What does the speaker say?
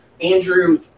Andrew